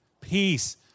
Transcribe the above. Peace